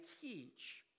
teach